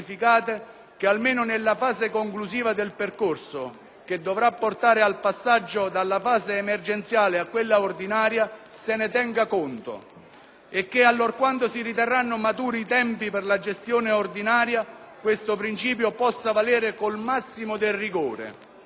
almeno nella fase conclusiva del percorso che dovrà portare al passaggio dalla fase emergenziale a quella ordinaria, e che, allorquando si riterranno maturi i tempi per la gestione ordinaria, tale principio possa valere con il massimo del rigore.